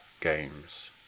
games